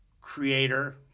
creator